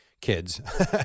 kids